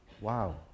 Wow